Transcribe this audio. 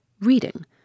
reading